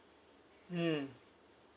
mm